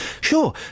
sure